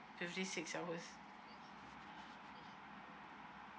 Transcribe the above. fifty six hours